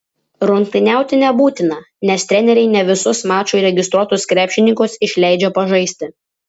rungtyniauti nebūtina nes treneriai ne visus mačui registruotus krepšininkus išleidžia žaisti